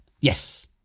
Yes